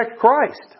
Christ